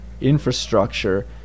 infrastructure